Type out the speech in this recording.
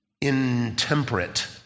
intemperate